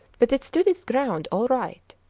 but it stood its ground all right.